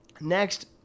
Next